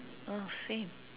uh same